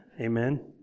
Amen